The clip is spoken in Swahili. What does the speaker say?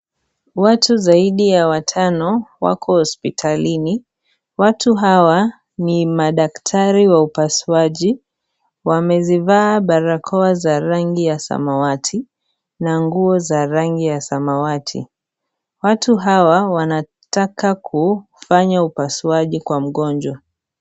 Watu zaidi ya watano wako hospitalini . Watu hawa ni madaktari wa upasuaji. Wamezivaa barakoa za rangi ya samawati na nguo za rangi ya samawati. Watu hawa wanataka kufanya upasuaji kwa mgonjwa.